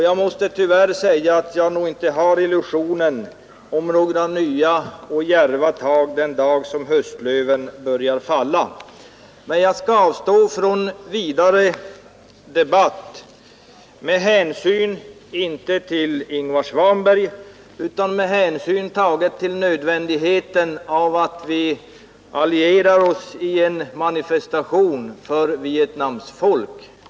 Jag måste tyvärr säga att jag inte har någon illusion om nya och djärva tag den dag höstlöven börjar falla. Men jag skall avstå från vidare debatt, inte av hänsyn till herr Svanberg utan med hänsyn till nödvändigheten av att vi allierar oss i en manifestation för Vietnams folk.